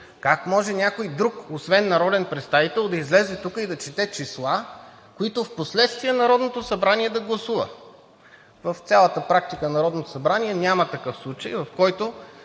Как може някой друг, освен народен представител, да излезе тук и да чете числа, които впоследствие Народното събрание да гласува? В цялата практика на Народното събрание няма такъв случай, в който